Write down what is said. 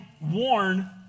warn